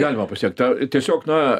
galima pasiekt tiesiog na